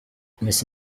messi